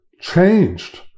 changed